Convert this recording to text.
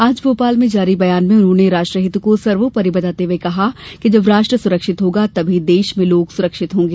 आज भोपाल में जारी बयान में उन्होंने राष्ट्र हित को सर्वोपरि बताते हुये कहा कि जब राष्ट्र सुरक्षित होगा तभी देश में लोग सुरक्षित होगा